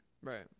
Right